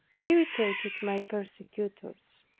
irritated my persecutors.